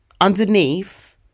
underneath